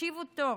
תקשיבו טוב,